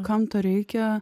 kam to reikia